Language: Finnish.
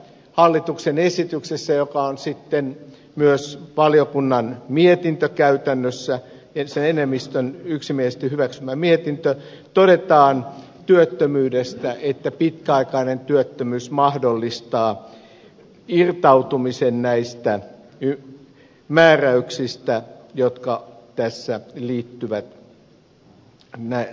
hallituksen esityksessä joka on myös käytännössä valiokunnan mietintö sen enemmistön yksimielisesti hyväksymä mietintö todetaan työttömyydestä että pitkäaikainen työttömyys mahdollistaa irtautumisen näistä määräyksistä jotka tässä liittyvät puhdistusvaatimuksiin